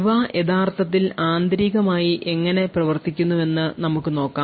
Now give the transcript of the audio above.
ഇവ യഥാർത്ഥത്തിൽ ആന്തരികമായി എങ്ങനെ പ്രവർത്തിക്കുന്നുവെന്ന് നമുക്ക് നോക്കാം